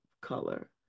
color